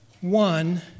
One